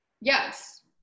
Yes